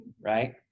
right